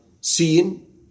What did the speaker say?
seeing